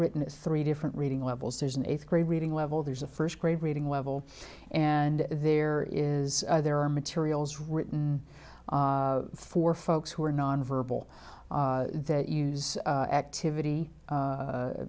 written is three different reading levels there's an eighth grade reading level there's a first grade reading level and there is there are materials written for folks who are nonverbal that use activity